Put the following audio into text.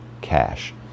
cash